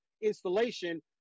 installation